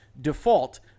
default